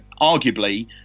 arguably